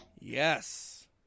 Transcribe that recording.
Yes